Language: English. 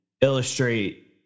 illustrate